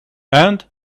and